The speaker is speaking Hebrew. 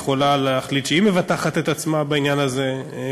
היא יכולה להחליט שהיא מבטחת את עצמה בעניין הזה.